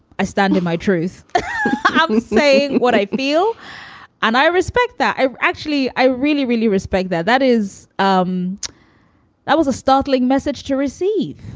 i stand in my truth ah and say what i feel and i respect that. i actually i really, really respect that. that is um that that was a startling message to receive